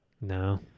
no